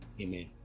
Amen